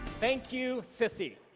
thank you, sissie.